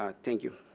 ah thank you.